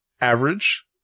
average